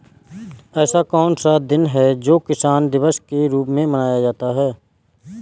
ऐसा कौन सा दिन है जो किसान दिवस के रूप में मनाया जाता है?